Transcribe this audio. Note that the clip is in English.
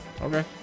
Okay